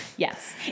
Yes